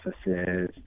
offices